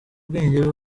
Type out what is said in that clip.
ubwenge